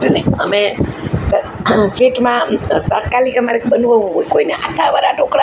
અને અમે તે સ્વીટમાં તાત્કાલિક અમારે બનાવવું હોય કોઈને આથાવાળા ઢોકળા